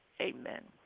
Amen